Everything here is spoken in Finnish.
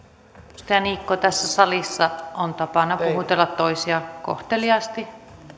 edustaja niikko tässä salissa on tapana puhutella toisia kohteliaasti